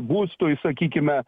būstui sakykime